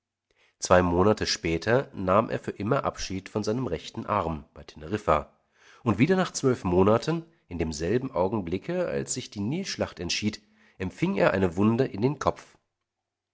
zwei monate später nahm er für immer abschied von seinem rechten arm bei teneriffa und wieder nach zwölf monaten in demselben augenblicke als sich die nilschlacht entschied empfing er eine wunde in den kopf